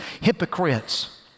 hypocrites